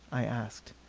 i asked.